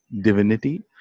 Divinity